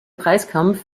preiskampf